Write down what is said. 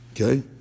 Okay